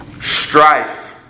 strife